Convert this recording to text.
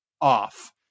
off